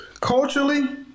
culturally